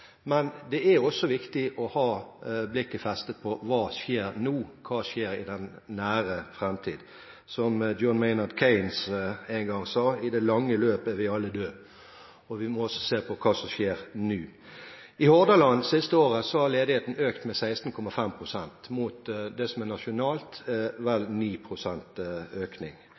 Men det er også viktig å ha blikket festet på hva som skjer nå, hva skjer i den nære framtid? Som John Maynard Keynes en gang sa: «I det lange løp er vi alle døde.» Vi må også se på hva som skjer nå. I Hordaland har ledigheten det siste året økt med 16,5 pst. Det tilsvarende tallet nasjonalt er vel 9 pst. økning.